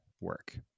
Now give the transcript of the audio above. work